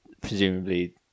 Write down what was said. presumably